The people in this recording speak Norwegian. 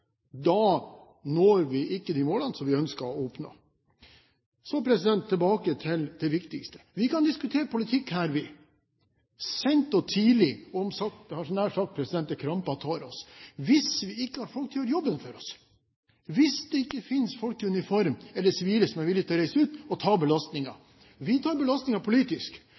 når vi ikke de målene vi ønsker å oppnå. Så tilbake til det viktigste. Vi kan diskutere politikk her, vi, sent og tidlig – nær sagt til krampa tar oss – men hva hvis vi ikke har folk til å gjøre jobben for oss, hvis det ikke finnes folk i uniform eller sivile som er villige til å reise ut og ta belastningen? Vi tar belastningen politisk,